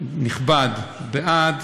נכבד בעד,